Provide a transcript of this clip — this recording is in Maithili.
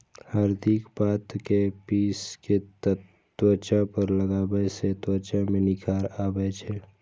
हरदिक पात कें पीस कें त्वचा पर लगाबै सं त्वचा मे निखार आबै छै